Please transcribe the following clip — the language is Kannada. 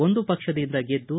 ಒಂದು ಪಕ್ಷದಿಂದ ಗೆದ್ದು